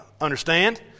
understand